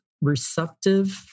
receptive